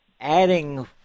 adding